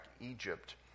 Egypt